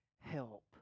help